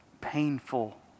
painful